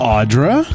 Audra